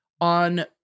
On